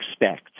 expect